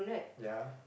ya